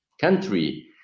country